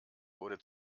wurde